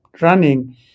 running